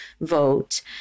vote